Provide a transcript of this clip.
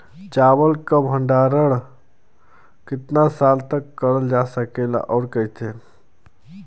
चावल क भण्डारण कितना साल तक करल जा सकेला और कइसे?